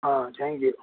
ಹಾಂ thank you